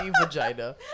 vagina